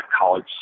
college